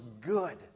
good